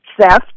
theft